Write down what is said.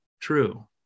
true